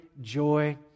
joy